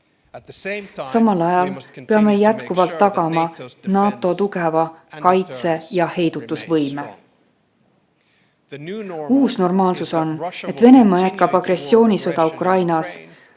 Samal ajal peame jätkuvalt tagama NATO tugeva kaitse‑ ja heidutusvõime. Uus normaalsus on, et Venemaa jätkab agressioonisõda Ukrainas,